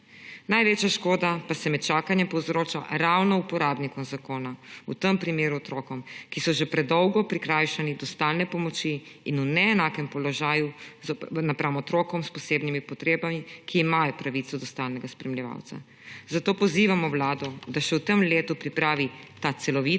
Največja škoda pa se med čakanjem povzroča ravno uporabnikom zakona, v tem primeru otrokom, ki so že predolgo prikrajšani do stalne pomoči in v neenakem položaju v primerjavi z otroki s posebnimi potrebami, ki imajo pravico do stalnega spremljevalca. Zato pozivamo Vlado, da še v tem letu pripravi ta celovit